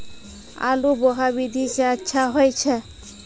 आलु बोहा विधि सै अच्छा होय छै?